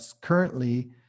currently